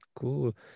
Cool